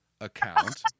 account